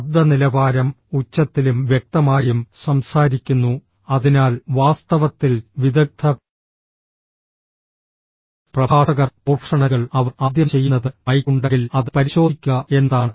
ശബ്ദ നിലവാരം ഉച്ചത്തിലും വ്യക്തമായും സംസാരിക്കുന്നു അതിനാൽ വാസ്തവത്തിൽ വിദഗ്ധ പ്രഭാഷകർ പ്രൊഫഷണലുകൾ അവർ ആദ്യം ചെയ്യുന്നത് മൈക്ക് ഉണ്ടെങ്കിൽ അത് പരിശോധിക്കുക എന്നതാണ്